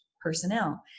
personnel